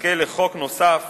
נזכה לחוק נוסף